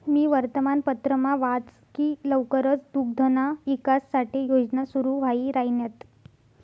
मी वर्तमानपत्रमा वाच की लवकरच दुग्धना ईकास साठे योजना सुरू व्हाई राहिन्यात